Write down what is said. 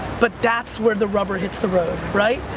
but that's where the rubber hits the road, right?